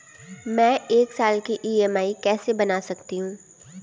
मैं एक साल की ई.एम.आई कैसे बना सकती हूँ?